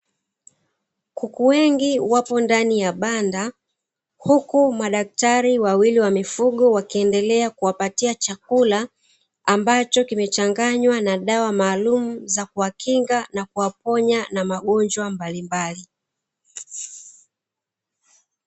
Kuku wengi wapo ndani ya banda, huku madaktari wawili wa mifugo wakiendelea kuwapatia chakula, ambacho kimechanganywa dawa maalumu za kuwakinga na kuwaponya na magonjwa mbalimbali.